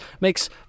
makes